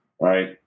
right